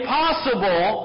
possible